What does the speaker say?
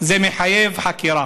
זה מחייב חקירה.